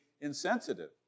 insensitive